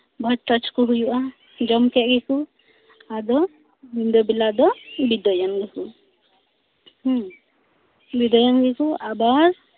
ᱵᱷᱚᱡᱽ ᱴᱚᱡᱽ ᱠᱚ ᱦᱩᱭᱩᱜᱼᱟ ᱡᱚᱢ ᱠᱮᱜ ᱜᱮᱠᱚ ᱟᱫᱚ ᱧᱤᱫᱟᱹ ᱵᱮᱞᱟ ᱫᱚ ᱵᱤᱫᱟᱹᱭᱮᱱ ᱜᱮᱠᱚ ᱦᱮᱸ ᱵᱤᱫᱟᱹᱭᱮᱱ ᱜᱮᱠᱚ ᱟᱵᱟᱨ